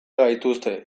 gaituzte